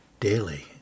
daily